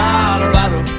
Colorado